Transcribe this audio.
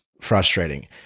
frustrating